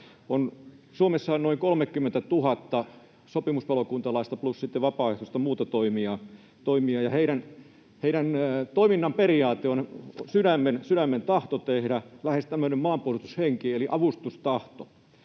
Suomessa on noin 30 000 sopimuspalokuntalaista plus sitten vapaaehtoista muuta toimijaa, ja heidän toimintansa periaate on sydämen tahto tehdä, lähes tämmöinen maanpuolustushenki eli avustustahto.